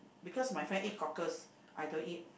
because my friend eat cockles I don't eat